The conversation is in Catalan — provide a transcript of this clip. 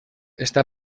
està